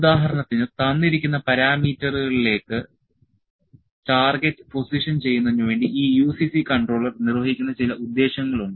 ഉദാഹരണത്തിന് തന്നിരിക്കുന്ന പാരാമീറ്ററുകളിലേക്ക് ടാർഗെറ്റ് പൊസിഷൻ ചെയ്യുന്നതിന് വേണ്ടി ഈ UCC കൺട്രോളർ നിർവ്വഹിക്കുന്ന ചില ഉദ്ദേശ്യങ്ങളുണ്ട്